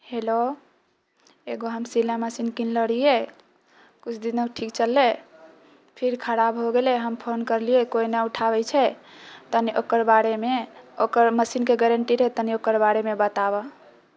hello एकगो हम सिलाई मशीन किनले रहिये कुछ दिन ओऽ ठीक चललै फिर खराब हो गेले हम फोन करलियै कोय नहि उठाबै छै तनि ओकर बारेमे ओकर मशीनके गारंटी रहै तनि ओकर बारेमे बतावह